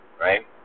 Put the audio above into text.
right